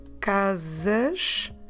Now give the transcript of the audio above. casas